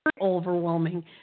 overwhelming